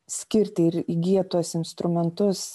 skirti ir įgyja tuos instrumentus